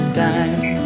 time